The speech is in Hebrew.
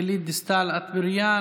גלית דיסטל אטבריאן,